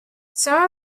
some